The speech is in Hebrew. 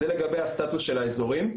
זה לגבי הסטטוס של האזורים.